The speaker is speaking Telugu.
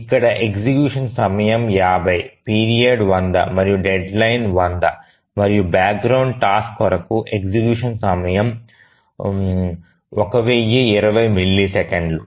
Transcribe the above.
ఇక్కడ ఎగ్జిక్యూషన్ సమయం 50 పీరియడ్ 100 మరియు డెడ్లైన్ 100 మరియు బ్యాక్గ్రౌండ్ టాస్క్ కొరకు ఎగ్జిక్యూషన్ సమయం 1020 మిల్లీసెకన్లు